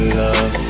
love